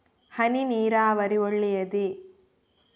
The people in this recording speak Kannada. ಹನಿ ನೀರಾವರಿ ಒಳ್ಳೆಯದೇ?